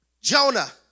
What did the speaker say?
Jonah